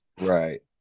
Right